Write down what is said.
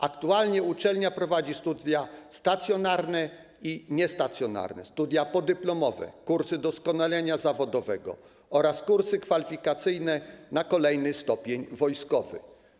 Aktualnie uczelnia prowadzi studia stacjonarne i niestacjonarne, studia podyplomowe, kursy doskonalenia zawodowego oraz kursy kwalifikacyjne na kolejny stopień wojskowy.